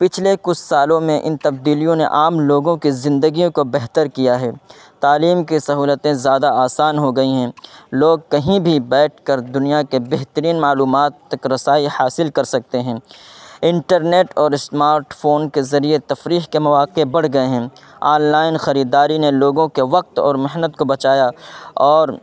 پچھلے کچھ سالوں میں ان تبدیلیوں نے عام لوگوں کے زندگیوں کو بہتر کیا ہے تعلیم کے سہولتیں زیادہ آسان ہو گئی ہیں لوگ کہیں بھی بیٹھ کر دنیا کے بہترین معلومات تک رسائی حاصل کر سکتے ہیں انٹرنیٹ اور اسمارٹ فون کے ذریعے تفریح کے مواقع بڑھ گئے ہیں آن لائن خریداری نے لوگوں کے وقت اور محنت کو بچایا اور